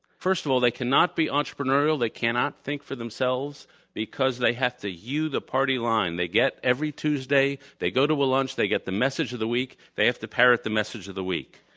first of all, they cannot be entrepreneurial. they cannot think for themselves because they have to hew the party line. they get every tuesday. they go to a lunch. they get the message of the week. they have to parrot the message of the week.